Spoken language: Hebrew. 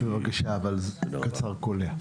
בבקשה, קצר וקולע.